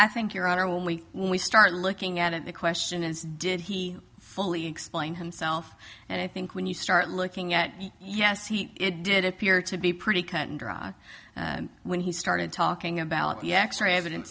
i think your honor when we when we start looking at it the question is did he fully explain himself and i think when you start looking at yes he did appear to be pretty cut and dry and when he started talking about the x ray evidence